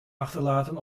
achterlaten